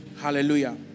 Hallelujah